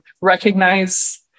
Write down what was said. recognize